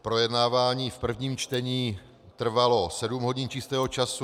Projednávání v prvním čtení trvalo sedm hodin čistého času.